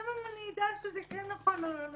גם אם אני אדע שזה כן נכון או לא נכון,